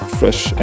fresh